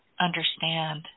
understand